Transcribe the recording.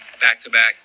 back-to-back